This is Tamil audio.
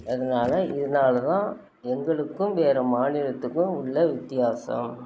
அதனால இதனால தான் எங்களுக்கும் வேறு மாநிலத்துக்கும் உள்ள வித்தியாசம்